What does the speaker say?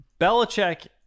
Belichick